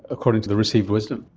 according to the received wisdom.